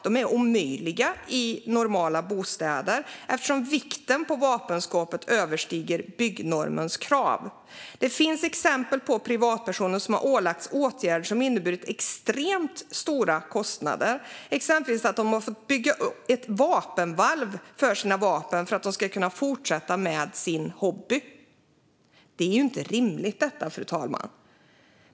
De är omöjliga i normala bostäder, eftersom vikten på vapenskåpet överstiger byggnormens krav. Det finns exempel på privatpersoner som ålagts åtgärder som inneburit extremt stora kostnader, exempelvis att de måste bygga ett vapenvalv för sina vapen för att de ska kunna fortsätta med sin hobby. Detta är inte rimligt, fru talman.